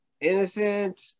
innocent